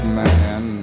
man